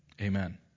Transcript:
Amen